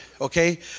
okay